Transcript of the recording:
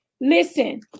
Listen